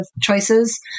choices